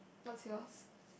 what's yours